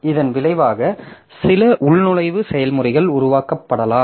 இதன் விளைவாக சில உள்நுழைவு செயல்முறைகள் உருவாக்கப்படலாம்